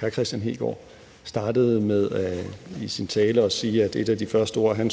Hr. Kristian Hegaard startede sin tale med at sige, at et af de første ord, han